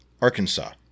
Arkansas